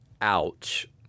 Ouch